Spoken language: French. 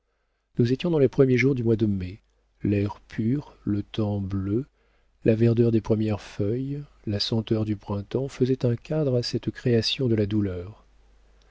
nous étions dans les premiers jours du mois de mai l'air pur le temps bleu la verdeur des premières feuilles la senteur du printemps faisaient un cadre à cette création de la douleur